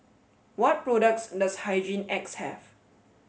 what products does Hygin X have